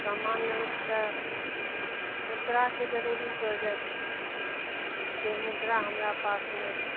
सामान्य रूपसँ मुद्राके जरुरी पड़ि जाइ छै जे मुद्रा हमरा पास नहि छै